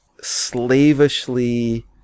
slavishly